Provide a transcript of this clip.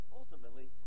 ultimately